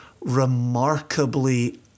remarkably